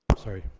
sorry,